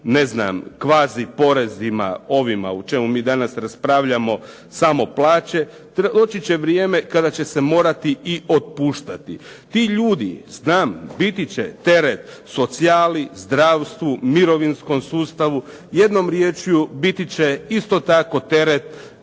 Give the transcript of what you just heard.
ne znam, kvazi porezima, ovima o čemu mi danas raspravljamo, samo plaće, doći će vrijeme kada će se morati i otpuštati. Ti ljudi, znam, biti će teret socijali, zdravstvu, mirovinskom sustavu. Jednom riječju, biti će isto tako teret